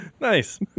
Nice